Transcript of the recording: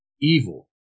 evil